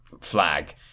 flag